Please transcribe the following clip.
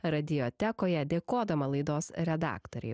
radiotekoje dėkodama laidos redaktorei